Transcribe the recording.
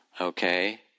Okay